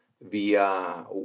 via